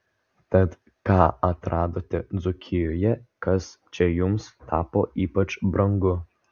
tad ką atradote dzūkijoje kas čia jums tapo ypač brangu